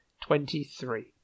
Twenty-three